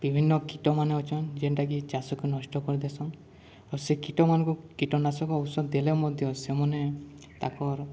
ବିଭିନ୍ନ କୀଟମାନେ ଅଛନ୍ ଯେନ୍ଟାକି ଚାଷକୁ ନଷ୍ଟ କରିଦେସନ୍ ଆଉ ସେ କୀଟମାନଙ୍କୁ କୀଟନାଶକ ଔଷଧ ଦେଲେ ମଧ୍ୟ ସେମାନେ ତାଙ୍କର